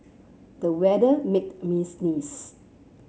the weather made me sneeze